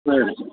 சரி